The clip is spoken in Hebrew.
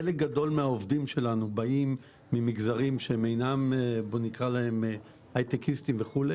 חלק גדול מהעובדים שלנו באים ממגזרים שהם אינם הייטקיסטים וכו',